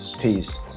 Peace